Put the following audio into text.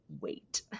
Wait